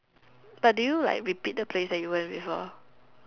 but do you like repeat the place that you went before